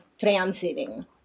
transiting